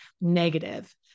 negative